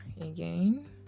again